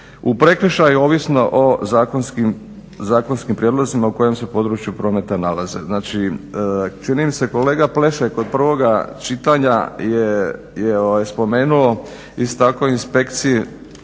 prekršaju ovisno o zakonskim prijedlozima u kojem se području prometa nalaze. Čini mi se kolega Pleše kod prvoga čitanja je spomenuo, istaknuo rad inspekcija